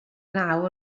naw